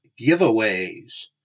giveaways